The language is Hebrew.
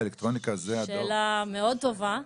שאלה מאוד טובה.